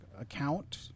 account